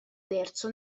terzo